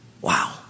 Wow